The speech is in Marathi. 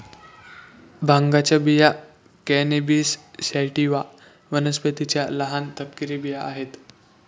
भांगाच्या बिया कॅनॅबिस सॅटिवा वनस्पतीच्या लहान, तपकिरी बिया आहेत